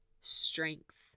strength